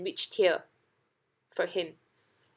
which tier for him